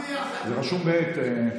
זה רשום בעט.